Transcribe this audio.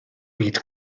byd